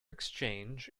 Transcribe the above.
exchange